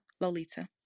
lolita